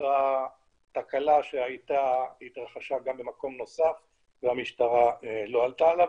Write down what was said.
אותה תקלה התרחשה גם במקום נוסף והמשטרה לא עלתה על כך,